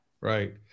Right